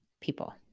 people